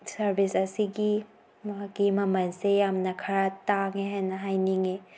service ꯑꯁꯤꯒꯤ ꯃꯍꯥꯛꯀꯤ ꯃꯃꯜꯁꯦ ꯌꯥꯝꯅ ꯈꯔ ꯇꯥꯡꯉꯦ ꯍꯥꯏꯅ ꯍꯥꯏꯅꯤꯡꯉꯤ